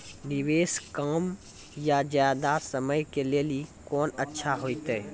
निवेश कम या ज्यादा समय के लेली कोंन अच्छा होइतै?